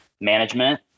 management